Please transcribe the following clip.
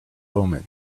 omen